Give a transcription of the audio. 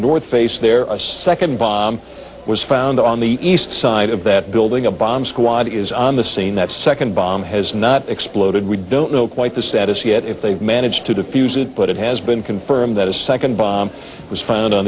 north face there a second bomb was found on the east side of that building a bomb squad is on the scene that second bomb has not exploded we don't know quite the status yet if they managed to defuse it but it has been confirmed that a second bomb was found on